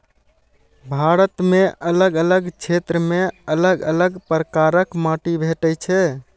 भारत मे अलग अलग क्षेत्र मे अलग अलग प्रकारक माटि भेटै छै